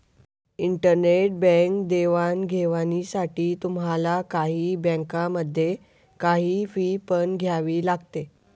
internet bank देवाणघेवाणीसाठी तुम्हाला काही बँकांमध्ये, काही फी पण द्यावी लागते